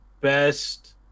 best